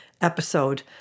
episode